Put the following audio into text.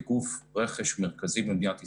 כגוף רכש מרכזי במדינת ישראל,